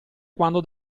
quando